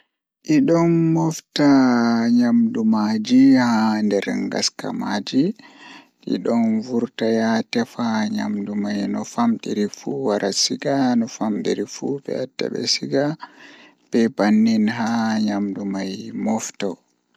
No a ekititta Keke So aɗa waawi yejjude, naatude balɗe ngal. Foti hoɗde laawol ngal e seede, ngal ɓuri aɗa waawataa wi'ude. Foti bimbiɗɗude laawol ngal ndi e kaayri e kuuɓu to ndin aɗa waɗi daɗɗo. Aɗa woni, foti beydude ko goɗɗum. So ndiyam foti firti ɗum ko caɗeele ngal, foti njiytee e hoore laawol